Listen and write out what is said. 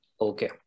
Okay